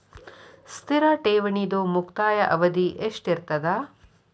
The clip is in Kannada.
ಸ್ಥಿರ ಠೇವಣಿದು ಮುಕ್ತಾಯ ಅವಧಿ ಎಷ್ಟಿರತದ?